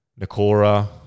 Nakora